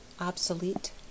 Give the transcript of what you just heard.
obsolete